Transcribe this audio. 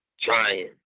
trying